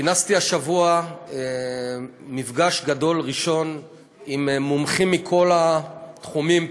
כינסתי השבוע מפגש גדול ראשון עם מומחים מכל התחומים,